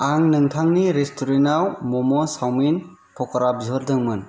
आं नोंथांनि रेस्टुरेन्टआव मम' सावमिन पकरा बिहरदोंमोन